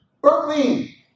Berkeley